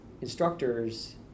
instructors